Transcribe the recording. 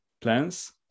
plans